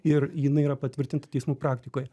ir jinai yra patvirtinta teismų praktikoje